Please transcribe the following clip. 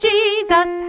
Jesus